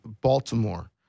Baltimore